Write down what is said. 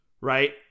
right